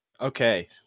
Okay